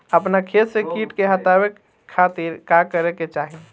अपना खेत से कीट के हतावे खातिर का करे के चाही?